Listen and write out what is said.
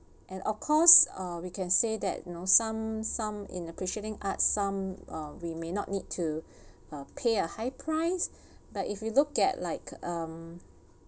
and of course uh we can say that you know some some in appreciating arts some uh we may not need to uh pay a high price but if you look at like um um